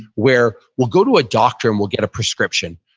where we'll go to a doctor and we'll get a prescription.